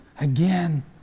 again